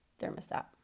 thermostat